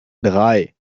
drei